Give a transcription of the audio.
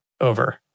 over